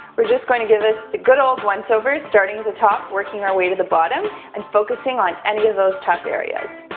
we're just going to give this the good old once over, starting at the top, working our way to the bottom and focusing on any of those tough areas.